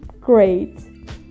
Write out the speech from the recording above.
great